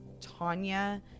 Tanya